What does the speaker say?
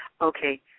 Okay